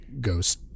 ghost